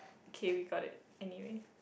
okay we got it anyway